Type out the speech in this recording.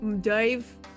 Dave